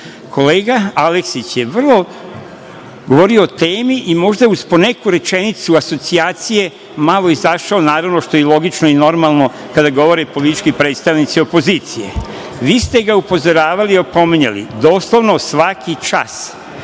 Aleksić je vrlo govorio o temi i možda uz po neku rečenicu asocijacije malo izašao, što je i logično i normalno kada govore politički predstavnici opozicije. Vi ste ga upozoravali, opominjali, doslovno svaki čas.